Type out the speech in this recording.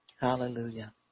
Hallelujah